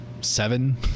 seven